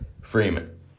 Freeman